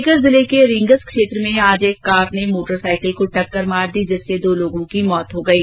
सीकर जिले के रींगस क्षेत्र में एक कार ने मोटरसाइकिल को टक्कर मार दी जिससे दो लोगों की मौत हो गयी